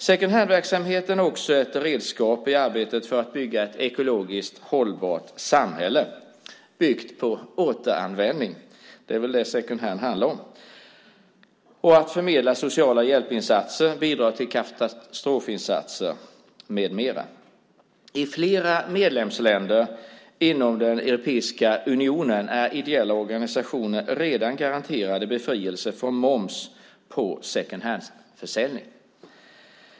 Second hand-verksamheten är också ett redskap i arbetet med att bygga ett ekologiskt hållbart samhälle byggt på återanvändning - det är väl det second hand handlar om - att förmedla sociala hjälpinsatser, bidra till katastrofinsatser med mera. I flera medlemsländer inom den europeiska unionen är ideella organisationer redan garanterade befrielse från moms på second hand-försäljning.